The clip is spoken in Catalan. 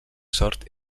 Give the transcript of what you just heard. sort